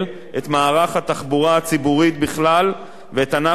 הציבורית בכלל ואת ענף מוניות השירות בפרט.